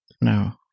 no